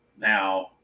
Now